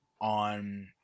on